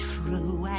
True